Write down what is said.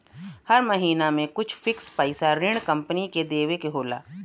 हर महिना में कुछ फिक्स पइसा ऋण कम्पनी के देवे के होला